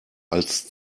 als